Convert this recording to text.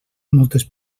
moltes